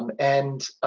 um and